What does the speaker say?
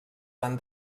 van